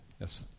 Yes